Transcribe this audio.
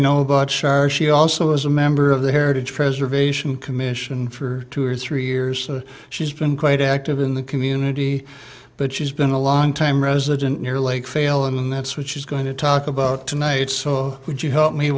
know about shar she also is a member of the heritage preservation commission for two or three years so she's been quite active in the community but she's been a long time resident near lake fail and that's what she's going to talk about tonight so would you help me